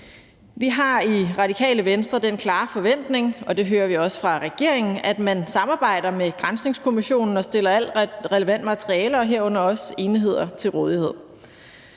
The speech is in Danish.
Vi har i Radikale Venstre den klare forventning, og det hører vi også fra regeringen, at man samarbejder med granskningskommissionen og stiller alt relevant materiale, herunder også enheder, til rådighed.